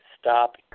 stop